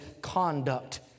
conduct